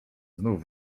znów